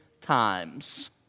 Times